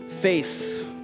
face